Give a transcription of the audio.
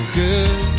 good